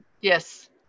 Yes